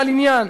בעל עניין,